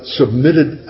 submitted